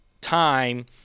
time